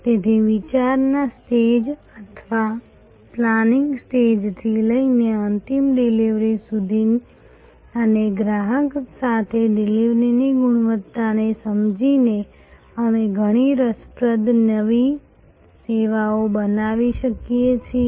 તેથી વિચારના સ્ટેજ અથવા પ્લાનિંગ સ્ટેજથી લઈને અંતિમ ડિલિવરી સુધી અને ગ્રાહક સાથે ડિલિવરીની ગુણવત્તાને સમજીને અમે ઘણી રસપ્રદ નવી સેવાઓ બનાવી શકીએ છીએ